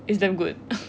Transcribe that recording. it's damn good